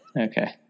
Okay